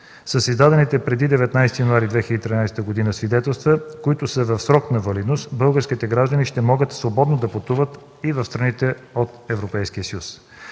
С издадените преди 19 януари 2013 г. свидетелства, които са в срок на валидност, българските граждани ще могат свободно да пътуват и в страните от Европейския съюз.